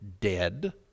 dead